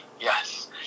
yes